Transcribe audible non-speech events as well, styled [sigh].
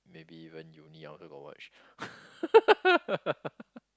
maybe even uni I also got watch [laughs]